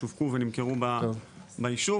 שווקו ונמכרו בישוב.